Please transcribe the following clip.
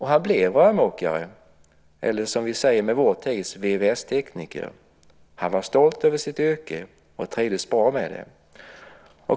Han blev rörmokare, eller som vi säger i vår tid: VVS-tekniker. Han var stolt över sitt yrke och trivdes bra med det.